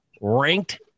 ranked